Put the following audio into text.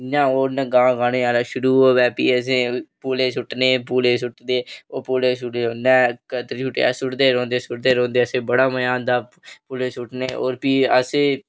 इ'यां ओह् गाह् गाह्नें आह्ला शुरू होई भी असें पूले सु'ट्टनें पूलें सु'ट्टियै ओह् पूले अस सु'ट्टदे रौंह्दे सु'टदे रौंह्दे असें ई बड़ा मजा औंदा पूले सु'ट्टनें और भी असें